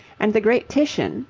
and the great titian,